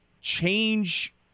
change